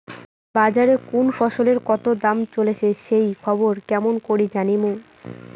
বাজারে কুন ফসলের কতো দাম চলেসে সেই খবর কেমন করি জানীমু?